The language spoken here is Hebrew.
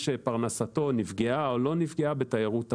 שפרנסתו נפגעה או לא נפגעה בתיירות הפנים.